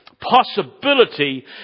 possibility